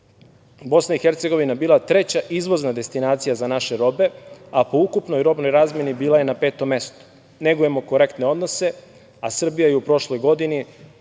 Bosna i Hercegovina bila treća izvozna destinacija za naše robe, a po ukupnoj robnoj razmeni bila je na petom mestu. Negujemo korektne odnose. Srbija je u prošloj godini